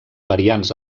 variants